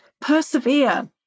persevere